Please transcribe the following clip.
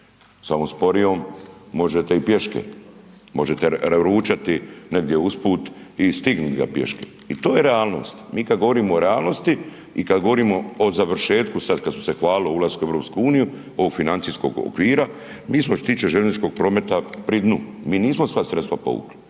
samo sporijom možete i pješke, možete ručati negdje usput i stignit ga pješke. To je realnost, mi kada govorimo o realnosti i kada govorimo o završetku sada kada samo hvalili ulaskom u EU ovog financijskog okvira, mi smo što se tiče željezničkog prometa pri dnu. Mi nismo sva sredstva povukli,